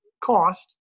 cost